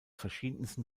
verschiedensten